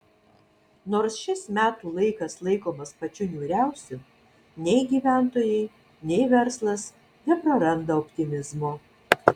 nors šis metų laikas laikomas pačiu niūriausiu nei gyventojai nei verslas nepraranda optimizmo